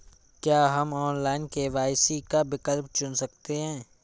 क्या हम online KYC का विकल्प चुन सकते हैं?